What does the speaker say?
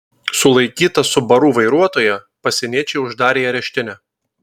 sulaikytą subaru vairuotoją pasieniečiai uždarė į areštinę